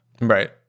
right